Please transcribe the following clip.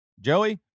Joey